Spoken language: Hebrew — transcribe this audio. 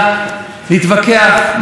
בלי מחלוקת לא הייתה יהדות.